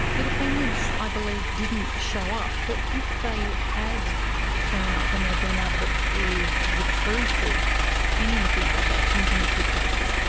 the defendants i believe didn't show up, but if they had shown up and they had been able to prove the truth of any of the allegations in the two cases,